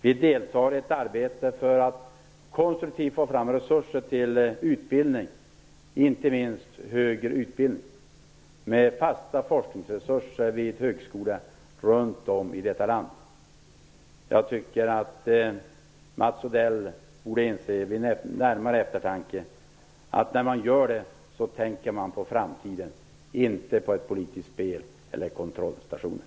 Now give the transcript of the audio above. Vi deltar i ett arbete för att konstruktivt få fram resurser till utbildning, inte minst högre utbildning med fasta forskningsresurser vid högskolor runt om i landet. Jag tycker att Mats Odell vid närmare eftertanke borde inse att när man gör detta tänker man på framtiden, inte på något politiskt spel eller kontrollstationer.